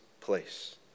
place